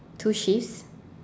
two shifts